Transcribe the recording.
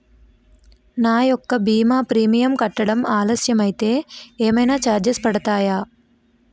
నా యెక్క భీమా ప్రీమియం కట్టడం ఆలస్యం అయితే ఏమైనా చార్జెస్ పడతాయా?